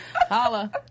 holla